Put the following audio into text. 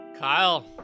Kyle